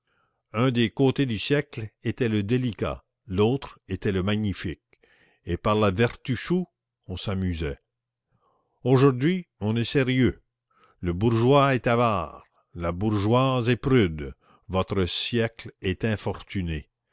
un des côtés du siècle était le délicat l'autre était le magnifique et par la vertu chou on s'amusait aujourd'hui on est sérieux le bourgeois est avare la bourgeoise est prude votre siècle est infortuné